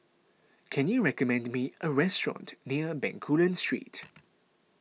can you recommend me a restaurant near Bencoolen Street